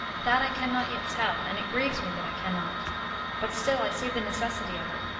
that i can not yet tell, and it grieves me that i can not but still i see the necessity of it,